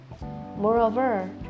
Moreover